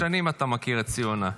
כמה שנים אתה מכיר את ציונה?